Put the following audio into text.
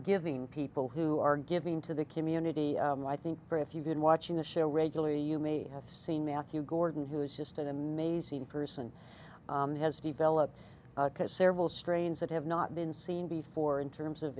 giving people who are giving to the community i think for if you've been watching the show regularly you may have seen matthew gordon who is just an amazing person has developed several strains that have not been seen before in terms of